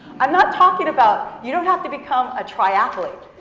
i'm not talking about, you don't have to become a triathlete.